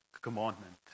commandment